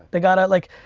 they gotta like,